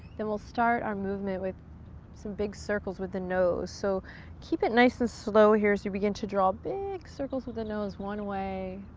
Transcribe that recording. then we'll start our movement with some big circles with the nose, so keep it nice and slow here as you begin to draw big circles with the nose one way